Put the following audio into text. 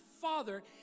father